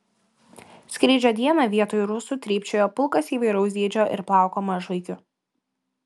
skrydžio dieną vietoj rusų trypčiojo pulkas įvairaus dydžio ir plauko mažvaikių